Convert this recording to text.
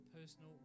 personal